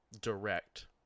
Direct